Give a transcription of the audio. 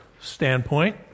standpoint